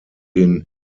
den